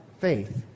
faith